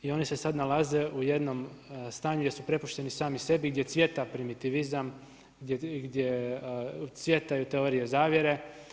I oni se sada nalaze u jednom stanju gdje su prepušteni sami sebi i gdje cvjeta primitivizam, gdje cvjetaju teorije zavjere.